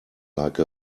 like